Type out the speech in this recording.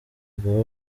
guha